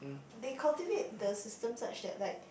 they cultivate the system such that like